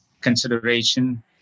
consideration